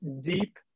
deep